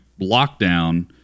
lockdown